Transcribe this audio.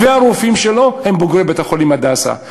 טובי הרופאים שלו הם בוגרי בית-החולים "הדסה".